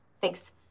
Thanks